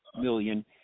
million